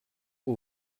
aux